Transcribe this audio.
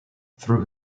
through